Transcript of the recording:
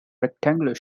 rectangular